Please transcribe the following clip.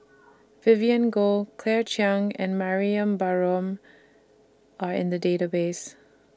Vivien Goh Claire Chiang and Mariam Barome Are in The Database